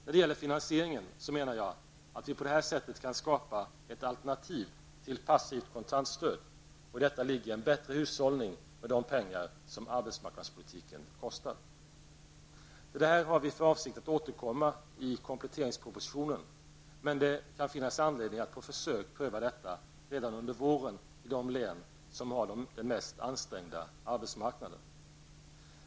När det gäller finansieringen så menar jag att vi på det här sättet kan skapa ett alternativ till passivt kontantstöd, och i detta ligger en bättre hushållning med de pengar som arbetsmarknadspolitiken kostar. Till detta har vi för avsikt att återkomma i kompletteringspropositionen, men det kan finnas anledning att på försök pröva detta redan under våren i de län som har den mest ansträngda arbetsmarknaden.